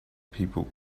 people